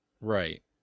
right